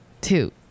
two